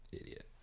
idiot